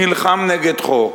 נלחם נגד חוק,